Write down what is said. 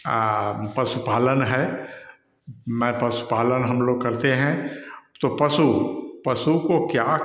और पशुपालन है मैं पशुपालन हमलोग करते हैं तो पशु पशु को क्या